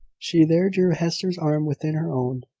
she there drew hester's arm within her own,